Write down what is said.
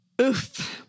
Oof